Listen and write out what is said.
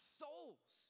souls